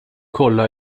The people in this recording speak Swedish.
kolla